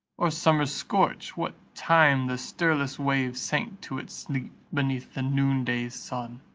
or summer's scorch, what time the stirless wave sank to its sleep beneath the noon-day sun?